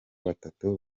batatu